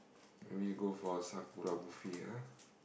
we go for Sakura buffet ah